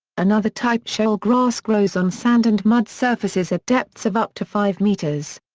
another type shoal grass grows on sand and mud surfaces at depths of up to five metres.